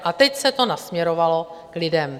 A teď se to nasměrovalo k lidem?